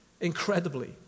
Incredibly